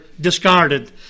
discarded